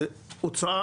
זו הוצאה